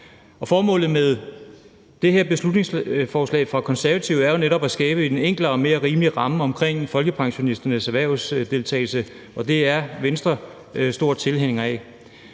Formålet med det her beslutningsforslag fra De Konservative er jo netop at skabe en enklere og mere rimelig ramme omkring folkepensionisternes erhvervsdeltagelse, og det er Venstre stor tilhænger af,